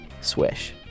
swish